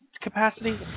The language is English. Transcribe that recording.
capacity